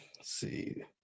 see